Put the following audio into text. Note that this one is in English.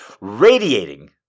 radiating